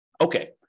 Okay